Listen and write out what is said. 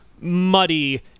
muddy